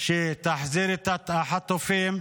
שתחזיר את החטופים.